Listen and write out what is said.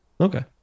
Okay